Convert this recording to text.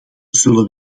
zullen